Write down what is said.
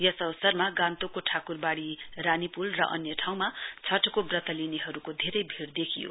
यस अवसरमा गान्तोकको ठाकुरबाड़ी र रानीपूल र अन्य ठाँउउमा छठको व्रत लिनेहरूको धेरै भीड़ देखियो